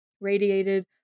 Radiated